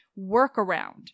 workaround